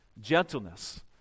gentleness